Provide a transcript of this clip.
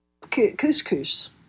couscous